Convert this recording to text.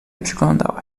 przyglądała